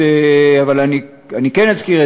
אבל אני כן אזכיר,